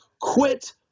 quit